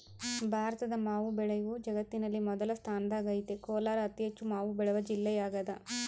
ಭಾರತದ ಮಾವು ಬೆಳೆಯು ಜಗತ್ತಿನಲ್ಲಿ ಮೊದಲ ಸ್ಥಾನದಾಗೈತೆ ಕೋಲಾರ ಅತಿಹೆಚ್ಚು ಮಾವು ಬೆಳೆವ ಜಿಲ್ಲೆಯಾಗದ